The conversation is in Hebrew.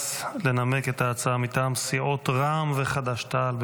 לנמק את ההצעה מטעם סיעות רע"מ וחד"ש תע"ל.